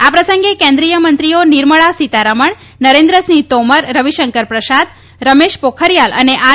આ પ્રસંગે કેન્દ્રીય મંત્રીઓ નિર્મલા સીતારામન નરેન્દ્રસિંહ તોમર રવિશંકર પ્રસાદ રમેશ પોખરીયાલ અને આર